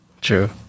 true